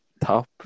top